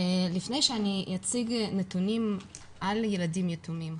לפני שאציג נתונים על ילדים יתומים,